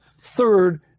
third